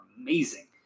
amazing